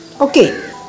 Okay